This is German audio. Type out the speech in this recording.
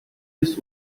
ist